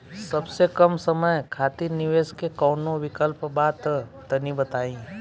सबसे कम समय खातिर निवेश के कौनो विकल्प बा त तनि बताई?